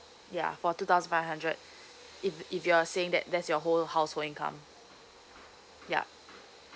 ya for two thousand five hundred if if you're saying that that's your whole household income yup